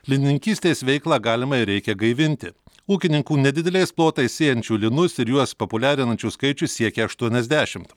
linininkystės veiklą galima ir reikia gaivinti ūkininkų nedideliais plotais sėjančių linus ir juos populiarinančių skaičius siekia aštuoniasdešimt